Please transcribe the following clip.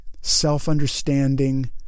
self-understanding